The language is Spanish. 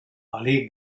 allí